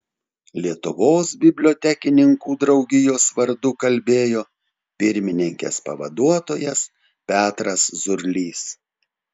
lietuvos bibliotekininkų draugijos vardu kalbėjo pirmininkės pavaduotojas petras zurlys